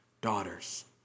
daughters